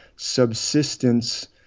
subsistence